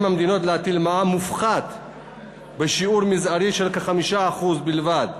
המדינות להטיל מע"מ מופחת בשיעור מזערי של כ-5% בלבד,